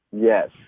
Yes